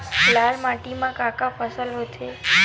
लाल माटी म का का फसल होथे?